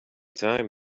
time